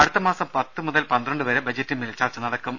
അടുത്തമാസം പത്ത് മുതൽ പന്ത്രണ്ട് വരെ ബജറ്റിന്മേൽ ചർച്ച നടക്കും